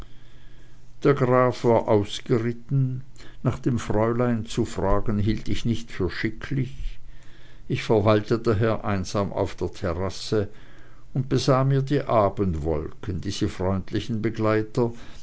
der graf war ausgeritten nach dem fräulein zu fragen hielt ich nicht für schicklich ich verweilte daher einsam auf der terrasse und besah mir die abendwolken diese freundlichen begleiter